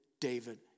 David